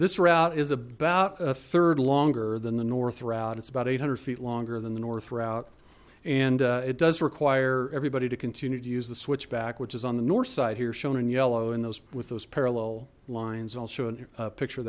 this route is about a third longer than the north route it's about eight hundred feet longer than the north route and it does require everybody to continue to use the switchback which is on the north side here shown in yellow and those with those parallel lines i'll show a picture